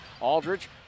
Aldridge